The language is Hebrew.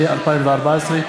התשע"ה 2014,